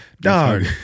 dog